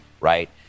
right